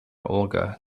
olga